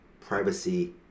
privacy